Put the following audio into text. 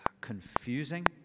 confusing